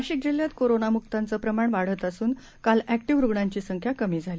नाशिकजिल्ह्यातकोरोनामुक्ताचंप्रमाणवाढतअसूनकालऍक्टिव्हरूग्णांचीसंख्याकमीझाली